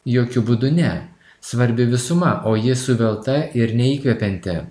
jokiu būdu ne svarbi visuma o ji suvelta ir neįkvepianti